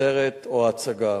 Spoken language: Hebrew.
סרט או הצגה.